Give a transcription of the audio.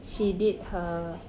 she did her